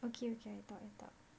okay okay I talk I talk